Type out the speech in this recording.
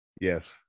Yes